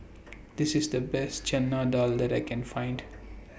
This IS The Best Chana Dal that I Can Find